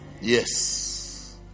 Yes